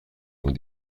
long